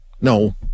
No